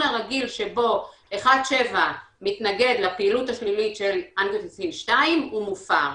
הרגיל שבו 1.7 מתנגד לפעילות השלילית של אנגיוטנסין 2 הוא מופר.